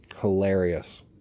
Hilarious